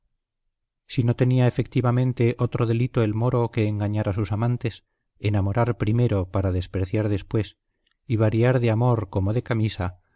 si no tenía efectivamente otro delito el moro que engañar a sus amantes enamorar primero para despreciar después y variar de amor como de camisa